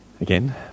Again